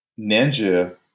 Ninja